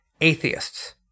atheists